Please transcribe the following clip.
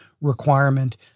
requirement